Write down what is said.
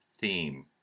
theme